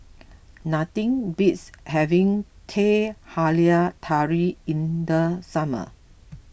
nothing beats having Teh Halia Tarik in the summer